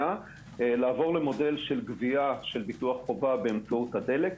לעבור למודל של גבייה של ביטוח חובה באמצעות הדלק,